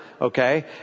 Okay